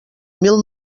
mil